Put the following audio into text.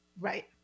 Right